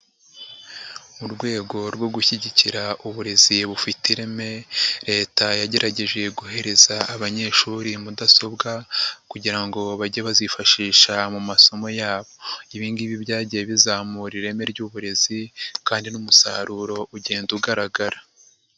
Mu rwego rwo gushyigikira uburezi bufite ireme, leta yagerageje guhereza abanyeshuri mudasobwa kugira ngo bajye bazifashisha mu masomo yabo. Ibi ngibi byagiye bizamura ireme ry'uburezi kandi n'umusaruro ugenda ugaragara.